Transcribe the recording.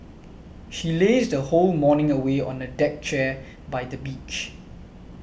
she lazed whole morning away on the deck chair by the beach